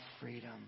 freedom